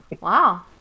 Wow